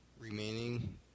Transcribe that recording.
remaining